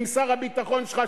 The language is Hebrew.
עם שר הביטחון שלך,